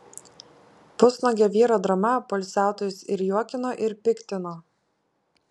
pusnuogio vyro drama poilsiautojus ir juokino ir piktino